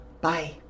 Bye